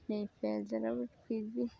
नेईं तां ओह् फिर बी